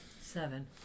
Seven